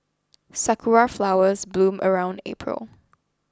sakura flowers bloom around April